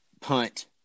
punt